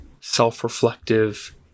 self-reflective